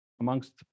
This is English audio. Amongst